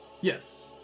yes